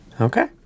Okay